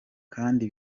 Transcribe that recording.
kandi